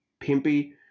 Pimpy